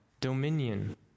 dominion